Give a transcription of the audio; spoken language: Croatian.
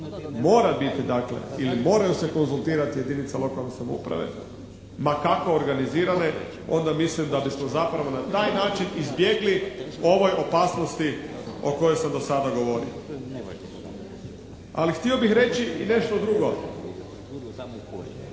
mora biti dakle ili moraju se konzultirati jedinice lokalne samouprave ma kako organizirane, onda mislim da bismo zapravo na taj način izbjegli ove opasnosti o kojoj sam do sada govorio. Ali htio bih reći i nešto drugo.